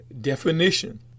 definition